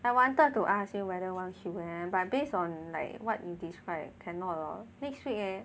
I wanted to ask you whether want Q_M but based on like what you describe cannot lor next week eh